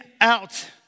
out